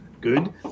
good